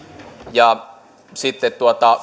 ja sitten